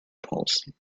policy